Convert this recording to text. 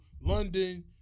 London